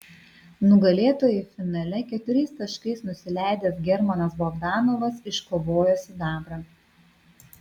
nugalėtojui finale keturiais taškais nusileidęs germanas bogdanovas iškovojo sidabrą